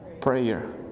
Prayer